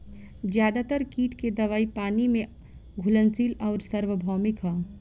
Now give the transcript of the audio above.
ज्यादातर कीट के दवाई पानी में घुलनशील आउर सार्वभौमिक ह?